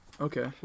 Okay